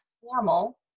formal